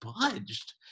budged